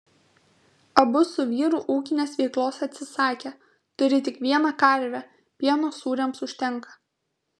abu su vyru ūkinės veiklos atsisakė turi tik vieną karvę pieno sūriams užtenka